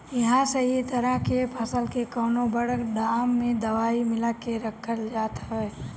एही से इ तरह के फसल के कवनो बड़ ड्राम में दवाई मिला के रखल जात हवे